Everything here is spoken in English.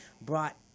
brought